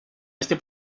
este